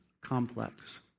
complex